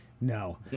No